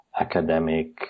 academic